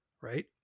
right